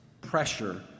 pressure